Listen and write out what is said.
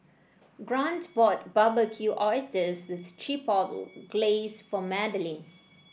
Grant bought Barbecued Oysters with Chipotle Glaze for Madlyn